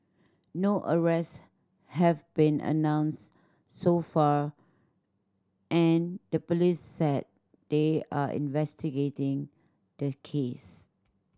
no arrests have been announce so far and the police said they are investigating the case